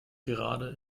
gerade